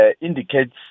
indicates